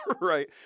Right